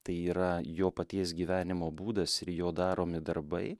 tai yra jo paties gyvenimo būdas ir jo daromi darbai